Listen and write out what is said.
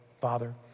Father